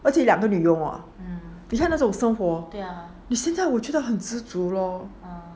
而且两个女佣哦你看那种生活现在我觉得很知足哦 orh